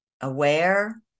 aware